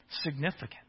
significant